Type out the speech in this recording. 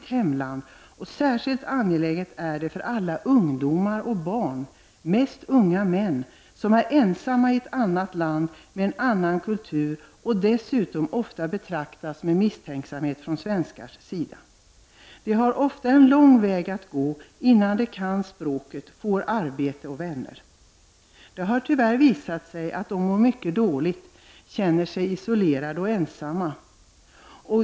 Att upprätthålla kontakten med dem är särskilt angeläget för alla ungdomar och barn men främst för unga män som är ensamma i ett annat land med en annan kultur och som dessutom ofta betraktas med misstänksamhet av svenskar. Dessa unga män har ofta en lång väg att gå innan de kan språket, får arbete och vänner. Det har tyvärr visat sig att dessa unga män mår mycket dåligt, känner sig isolerade och ensamma.